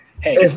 Hey